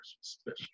special